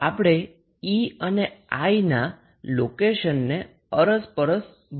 તો આપણે E અને I ના લોકેશનને અરસપરસ બદલીશું